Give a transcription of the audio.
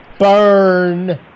Burn